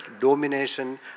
domination